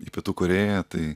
į pietų korėją tai